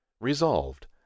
resolved